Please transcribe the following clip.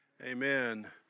amen